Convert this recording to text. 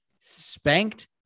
spanked